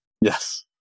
Yes